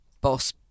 boss